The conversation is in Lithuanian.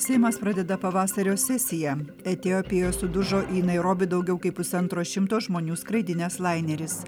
seimas pradeda pavasario sesiją etiopijoje sudužo į nairobį daugiau kaip pusantro šimto žmonių skraidinęs laineris